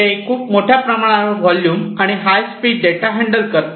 ते खूप मोठ्या प्रमाणावर व्हॉल्यूम्स आणि हाय स्पीड डेटा हँडल करतात